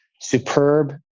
superb